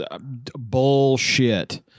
bullshit